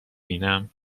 بینم